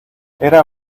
era